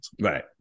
right